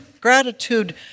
gratitude